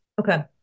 Okay